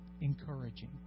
encouraging